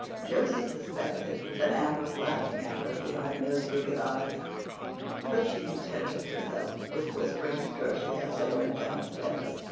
josie suspected that anne was laughing at her behind those wicked eyes but she contented herself with whispering to gertie, as they went downstairs,